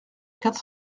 quatre